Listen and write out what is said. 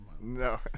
No